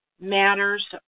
matters